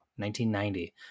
1990